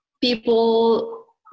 people